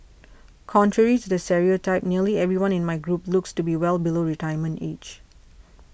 contrary to the stereotype nearly everyone in my group looks to be well below retirement age